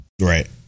right